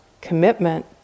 commitment